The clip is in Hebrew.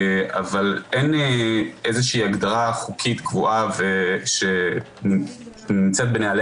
אבל אין איזושהי הגדרה חוקית קבועה שנמצאת בנהלי